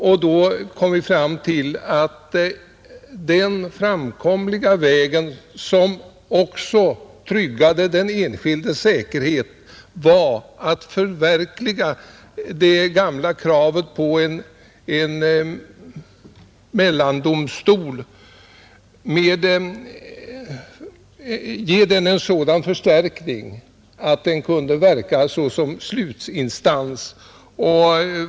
Vi kom fram till att den enda väg som också tryggade den enskildes säkerhet var att förverkliga det gamla kravet på en mellandomstol och ge den en sådan förstärkning att den kunde verka som slutinstans.